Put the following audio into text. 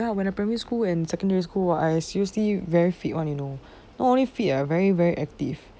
ya when I primary school and in secondary school I seriously very fit [one] you know not only fit ah very very active